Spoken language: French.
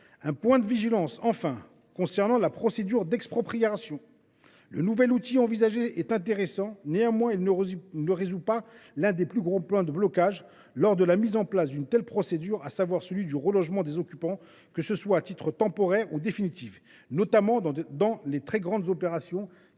un point de vigilance concernant la procédure d’expropriation. Le nouvel outil envisagé est intéressant ; néanmoins, il ne résout pas l’un des plus gros points de blocage possible lors de la mise en place d’une telle procédure, à savoir celui du relogement des occupants, que ce soit à titre temporaire ou définitif, notamment dans les très grandes opérations,